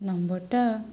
ନମ୍ବରଟା